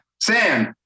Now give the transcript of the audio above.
Sam